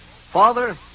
Father